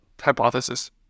hypothesis